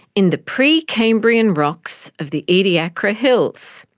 in the precambrian rocks of the ediacara hills.